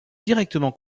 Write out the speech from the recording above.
directement